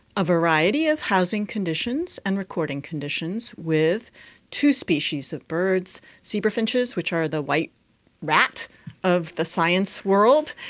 a variety of housing conditions and recording conditions with two species of birds zebra finches, which are the white rat of the science world,